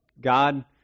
God